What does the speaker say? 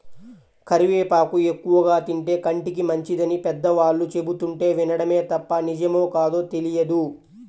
కరివేపాకు ఎక్కువగా తింటే కంటికి మంచిదని పెద్దవాళ్ళు చెబుతుంటే వినడమే తప్ప నిజమో కాదో తెలియదు